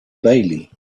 bailey